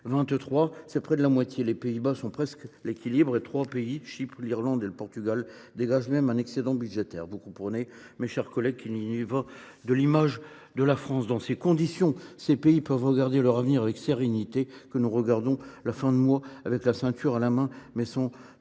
3 % du PIB en 2023. Les Pays Bas sont presque à l’équilibre, et trois États – Chypre, l’Irlande et le Portugal – dégagent même un excédent budgétaire. Vous comprenez, mes chers collègues, qu’il y va de l’image de la France. Dans ces conditions, ces pays peuvent regarder leur avenir avec sérénité, quand nous regardons la fin du mois la ceinture à la main, mais sans